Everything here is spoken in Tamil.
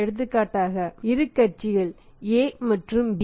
எடுத்துக்காட்டாக இரு கட்சிகள் A மற்றும் B